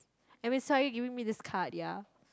let me saw you gave me this card ya